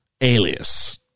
Alias –